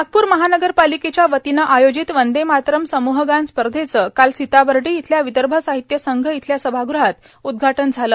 नागपूर महानगरपालिकेच्या वतीनं आयोजित वंदे मातरम् समूहगान स्पर्धेचं काल सीताबर्डी इथल्या विदर्भ साहित्य संघ इथल्या सभागृहात उद्घाटन झालं